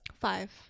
five